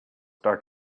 dark